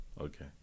Okay